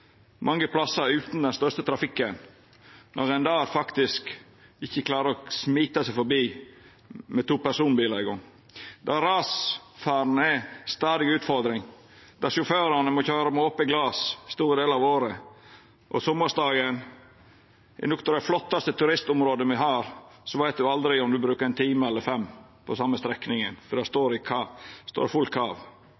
mange stader utan den største trafikken, når ein der faktisk ikkje klarer å smetta seg forbi med to personbilar eingong, der rasfaren er ei stadig utfordring, der sjåførane må køyra med ope glas store delar av året. Og sommarsdagen, på nokre av dei flottaste turistområda me har, veit ein aldri om ein bruker ein time eller fem på same strekninga, for